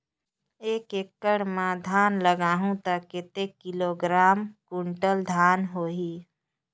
एक एकड़ मां धान लगाहु ता कतेक किलोग्राम कुंटल धान होही?